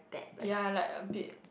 ya like a bit